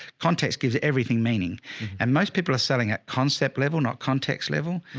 context gives everything meaning and most people are selling at concept level, not context level.